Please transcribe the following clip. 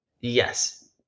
Yes